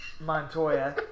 Montoya